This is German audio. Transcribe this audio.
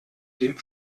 dem